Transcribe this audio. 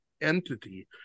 entity